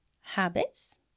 habits